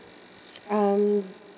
um